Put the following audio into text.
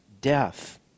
death